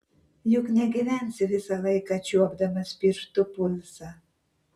juk negyvensi visą laiką čiuopdamas pirštu pulsą